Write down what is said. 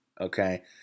Okay